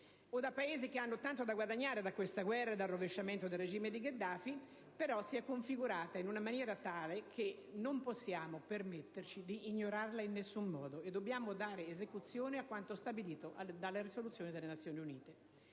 o da Paesi che hanno tanto da guadagnare da questa guerra e dal rovesciamento del regime di Gheddafi, si è però configurata in una maniera tale che non possiamo permetterci di ignorarla in nessun modo: dobbiamo dare esecuzione a quanto stabilito dalla risoluzione delle Nazioni Unite.